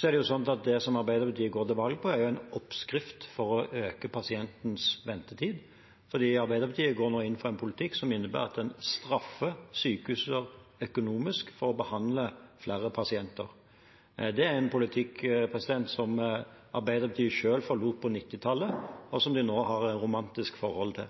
Det Arbeiderpartiet går til valg på, er jo en oppskrift på å øke pasientens ventetid, for Arbeiderpartiet går nå inn for en politikk som innebærer at en straffer sykehus økonomisk for å behandle flere pasienter. Det er en politikk Arbeiderpartiet selv forlot på 1990-tallet, og som de nå har et romantisk forhold til.